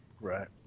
Right